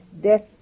death